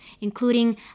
including